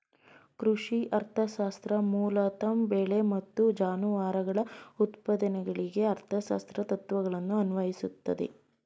ಕೃಷಿ ಅರ್ಥಶಾಸ್ತ್ರ ಮೂಲತಃ ಬೆಳೆ ಮತ್ತು ಜಾನುವಾರುಗಳ ಉತ್ಪಾದನೆಗಳಿಗೆ ಅರ್ಥಶಾಸ್ತ್ರದ ತತ್ವಗಳನ್ನು ಅನ್ವಯಿಸ್ತದೆ